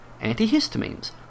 antihistamines